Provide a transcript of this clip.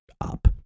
up